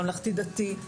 הממלכתי-דתי,